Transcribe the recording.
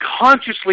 consciously